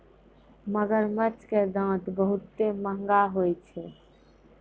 मगरमच्छ के दांत बहुते महंगा होय छै